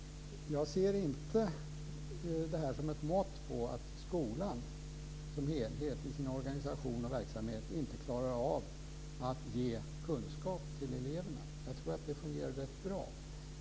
Jag ser inte detta som ett mått på att skolan som helhet i sin organisation och verksamhet inte klarar av att ge kunskap till eleverna. Jag tror att detta fungerar rätt bra.